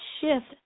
shift